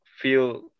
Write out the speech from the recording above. feel